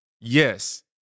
Yes